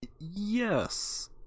Yes